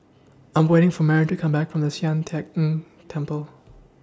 I'm waiting For Maren to Come Back from The Sian Teck Tng Temple